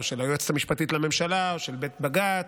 של היועצת המשפטית לממשלה או של בג"ץ,